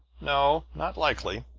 no not likely.